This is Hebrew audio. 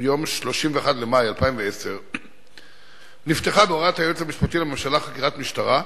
ביום 31 במאי 2010 נפתחה בהוראת היועץ המשפטי לממשלה חקירת משטרה,